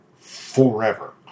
forever